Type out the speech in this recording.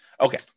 Okay